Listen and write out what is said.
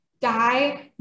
die